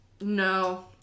no